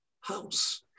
house